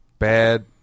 bad